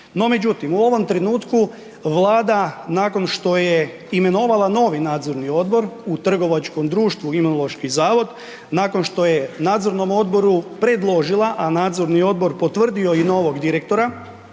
međutim, u ovom trenutku Vlada nakon što je imenovala novi nadzorni odbor u trgovačkom društvu Imunološki zavod, nakon što je nadzornom odboru predložila, a nadzorni odbor potvrdio i novog direktora,